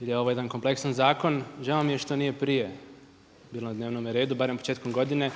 jer je ovo jedan kompleksan zakon. Žao mi je što nije prije bilo na dnevnome redu, barem početkom godine.